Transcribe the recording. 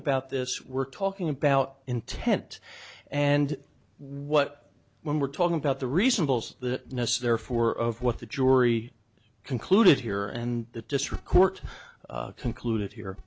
about this we're talking about intent and what when we're talking about the recent polls that therefore of what the jury concluded here and the district court concluded here